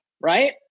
right